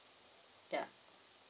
ya